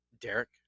Derek